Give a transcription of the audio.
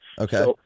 Okay